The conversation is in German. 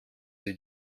sie